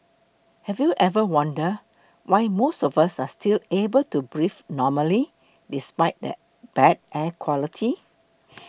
have you ever wondered why most of us are still able to breathe normally despite the bad air quality